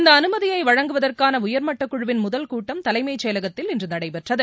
இந்த அனுமதியை வழங்குவதற்கான உயர்மட்டக்குழுவின் முதல் கூட்டம் தலைமைச் செயலகத்தில் இன்று நடைபெற்றது